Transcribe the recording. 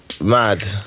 Mad